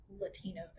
Latino